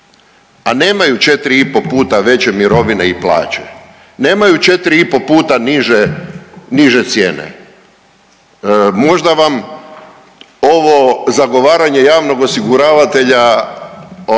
a nemaju 4,5 puta veće mirovine i plaće. Nemaju 4,5 puta niže cijene. Možda vam ovo zagovaranje javnog osiguravatelja